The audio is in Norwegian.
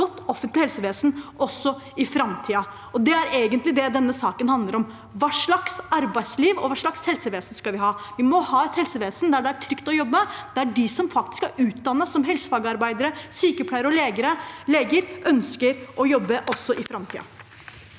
ha et godt offentlig helsevesen også i framtiden. Det er egentlig det denne saken handler om. Hva slags arbeidsliv og hva slags helsevesen skal vi ha? Vi må ha et helsevesen der det er trygt å jobbe, der de som faktisk er utdannet som helsefagarbeidere, sykepleiere og leger, ønsker å jobbe også i framtiden.